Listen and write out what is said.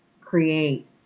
create